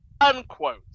unquote